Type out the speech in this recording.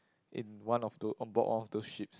in one or two onboard one of those ship